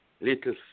little